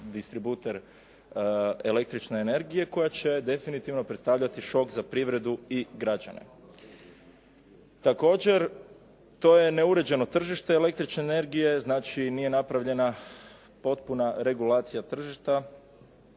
distributer električne energije koja će definitivno predstavljati šok za privredu i građane. Također, to je neuređeno tržište električne energije. Znači, nije napravljena potpuna regulacija tržišta